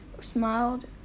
smiled